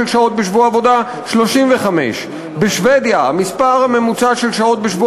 שעות בשבוע עבודה הוא 35. בשבדיה המספר הממוצע של שעות בשבוע